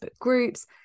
groups